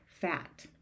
fat